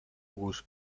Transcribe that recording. was